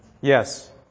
Yes